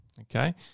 Okay